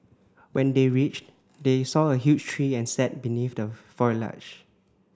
when they reached they saw a huge tree and sat beneath the foliage